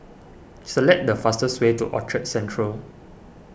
select the fastest way to Orchard Central